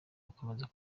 bakomeza